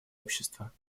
общества